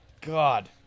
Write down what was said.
God